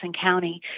County